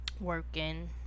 working